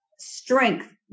strength